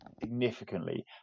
significantly